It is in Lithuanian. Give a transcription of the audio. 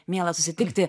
miela susitikti